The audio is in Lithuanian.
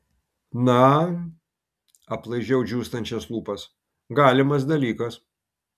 na aplaižau džiūstančias lūpas galimas dalykas